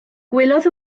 gwelodd